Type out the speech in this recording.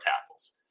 tackles